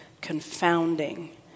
confounding